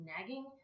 nagging